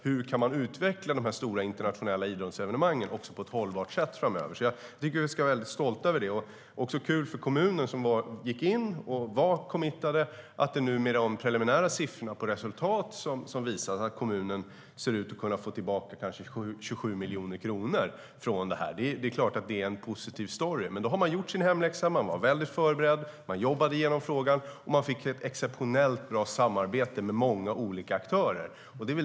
Hur kan man utveckla de stora internationella idrottsevenemangen på ett hållbart sätt framöver? Vi ska vara väldigt stolta över det. Det är också kul för kommunen som gick in och var committed. De preliminära siffrorna för resultatet visar att kommunen ser ut att kunna få tillbaka kanske 27 miljoner kronor från detta. Det är klart att det är en positiv story. Men då har man gjort sin hemläxa. Man var väldigt förberedd och jobbade igenom frågan, och man fick ett exceptionellt bra samarbete med många olika aktörer.